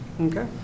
okay